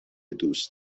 دوست